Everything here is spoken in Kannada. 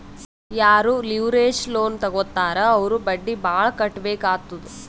ಯಾರೂ ಲಿವರೇಜ್ ಲೋನ್ ತಗೋತ್ತಾರ್ ಅವ್ರು ಬಡ್ಡಿ ಭಾಳ್ ಕಟ್ಟಬೇಕ್ ಆತ್ತುದ್